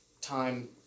time